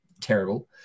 terrible